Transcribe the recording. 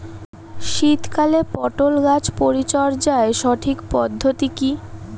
শীতকালে পটল গাছ পরিচর্যার সঠিক পদ্ধতি কী?